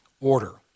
order